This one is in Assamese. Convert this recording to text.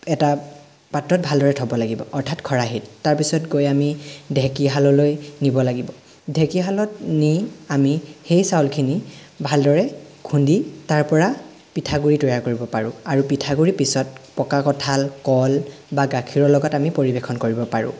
এটা পাত্ৰত ভালদৰে থ'ব লাগিব অৰ্থাৎ খৰাহিত তাৰপিছত গৈ আমি ঢেঁকীশাললৈ নিব লাগিব ঢেঁকীশালত নি আমি সেই চাউলখিনি ভালদৰে খুন্দি তাৰপৰা পিঠাগুড়ি তৈয়াৰ কৰিব পাৰোঁ আৰু পিঠাগুড়ি পিছত পকা কঁঠাল কল বা গাখীৰৰ লগত আমি পৰিৱেশন কৰিব পাৰোঁ